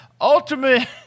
Ultimate